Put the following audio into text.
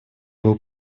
был